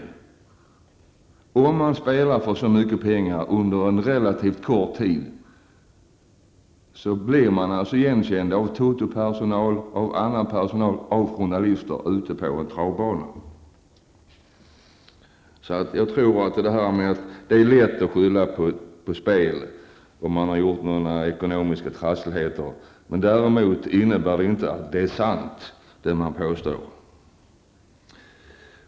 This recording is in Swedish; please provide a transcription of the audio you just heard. Men om man spelar för så mycket pengar under en relativt kort tid, blir man igenkänd av totopersonalen, annan personal och av journalisterna ute på travbanan. Det är lätt att skylla på spel när man har ekonomiska trassligheter. Däremot innebär det inte att det man påstår är sant.